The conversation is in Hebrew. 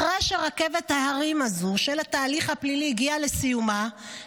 אחרי שרכבת ההרים הזו של התהליך הפלילי הגיעה לסיומה,